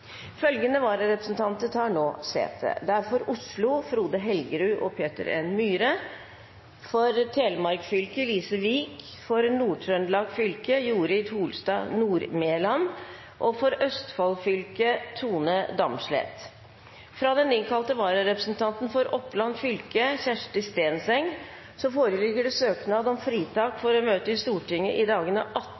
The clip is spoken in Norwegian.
Følgende innkalte vararepresentanter tar nå sete: For Oslo: Frode Helgerud og Peter N. Myhre For Rogaland fylke: Marie Ljones Brekke For Telemark fylke: Lise Wiik For Nord-Trøndelag fylke: Jorid Holstad Nordmelan For Østfold fylke: Tone Damsleth Fra den innkalte vararepresentanten for Oppland fylke, Kjersti Stenseng , foreligger søknad om fritak for å møte i Stortinget i dagene 18.